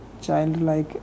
childlike